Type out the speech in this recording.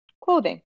clothing